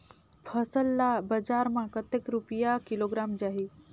फसल ला बजार मां कतेक रुपिया किलोग्राम जाही?